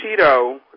Cheeto